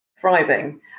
thriving